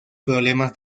problemas